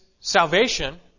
salvation